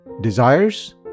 desires